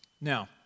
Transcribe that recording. Now